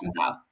out